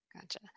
Gotcha